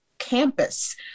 campus